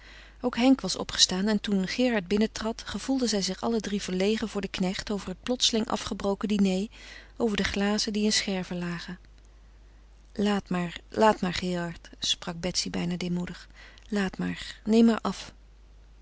ook henk was opgestaan en toen gerard binnentrad gevoelden zij zich alle drie verlegen voor den knecht over het plotseling afgebroken diner over de glazen die in scherven lagen laat maar laat maar gerard sprak betsy bijna deemoedig laat maar neem maar af